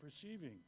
perceiving